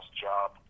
job